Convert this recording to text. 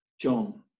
John